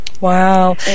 Wow